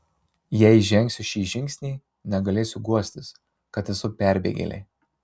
jei žengsiu šį žingsnį negalėsiu guostis kad esu perbėgėlė